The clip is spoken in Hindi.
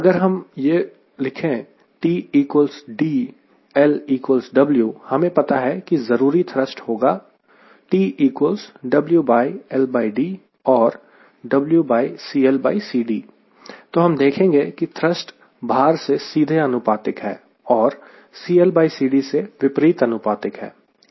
अगर हम यह प्रयोग करें T D L W हमें पता है कि जरूरी थ्रस्ट होगा तो हम देख सकते हैं की थ्रस्ट भार से सीधे अनुपातिक है और CLCDसे विपरीत अनुपातिक है